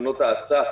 לקרנות האצה,